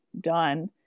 done